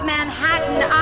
Manhattan